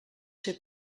ser